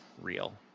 real